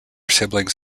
siblings